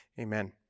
amen